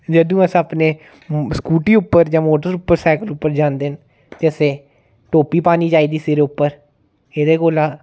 जदूं अस अपने स्कूटी उप्पर जां मोटर उप्पर जां साइकल उप्पर जांदे न ते असें टोपी पानी चाहिदी सिरै उप्पर एह्दा कोला